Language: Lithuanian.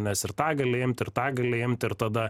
nes ir tą gali imt ir tą gali imt ir tada